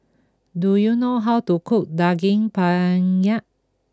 do you know how to cook Daging Penyet